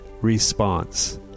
response